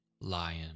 Lion